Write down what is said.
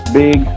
big